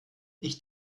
ich